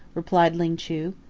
replied ling chu.